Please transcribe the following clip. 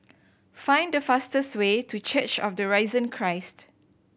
find the fastest way to Church of the Risen Christ